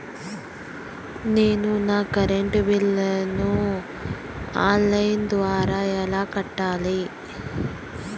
నేను నా కరెంటు బిల్లును ఆన్ లైను ద్వారా ఎలా కట్టాలి?